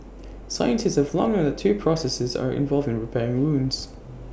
scientists have long known that two processes are involved in repairing wounds